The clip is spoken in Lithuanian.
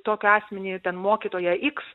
tokį asmenį ten mokytoją iks